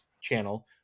channel